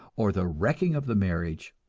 or the wrecking of the marriage,